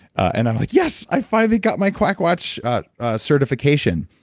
and i'm like, yes. i finally got my quackwatch certification.